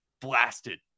blasted